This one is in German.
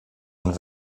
und